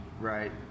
right